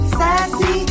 Sassy